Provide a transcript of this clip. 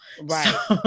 Right